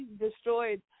destroyed